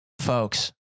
folks